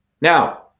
Now